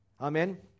Amen